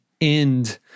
end